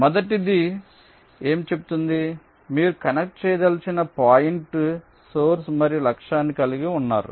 మొదటిది చెప్తుంది కాబట్టి మీరు కనెక్ట్ చేయదలిచిన పాయింట్ సోర్స్ మరియు లక్ష్యాన్ని కలిగి ఉన్నారు